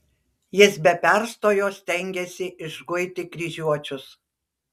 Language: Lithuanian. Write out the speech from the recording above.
jis be perstojo stengėsi išguiti kryžiuočius